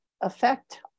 affect